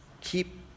keep